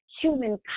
human